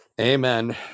amen